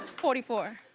forty four.